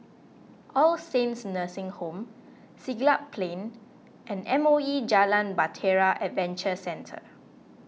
All Saints Nursing Home Siglap Plain and M O E Jalan Bahtera Adventure Centre